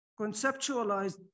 conceptualized